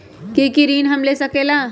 की की ऋण हम ले सकेला?